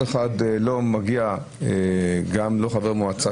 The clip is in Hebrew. חבר מועצה,